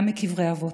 גם מקברי אבות.